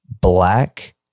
black